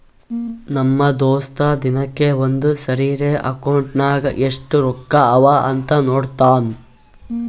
ನಮ್ ದೋಸ್ತ ದಿನಕ್ಕ ಒಂದ್ ಸರಿರೇ ಅಕೌಂಟ್ನಾಗ್ ಎಸ್ಟ್ ರೊಕ್ಕಾ ಅವಾ ಅಂತ್ ನೋಡ್ತಾನ್